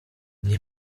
nie